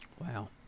Wow